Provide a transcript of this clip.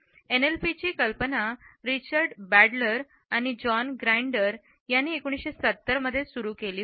एनएलपीची कल्पना Richard Bandler आणि John Grinder यांनी 1970 मध्ये सुरू केली होती